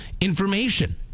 information